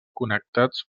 connectats